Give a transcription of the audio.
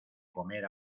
comer